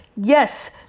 Yes